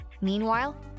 Meanwhile